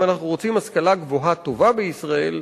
אם אנחנו רוצים השכלה גבוהה טובה בישראל,